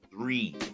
three